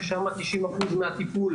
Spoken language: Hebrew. ששם נעשה 90% מהטיפול.